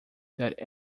that